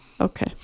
Okay